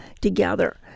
together